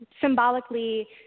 symbolically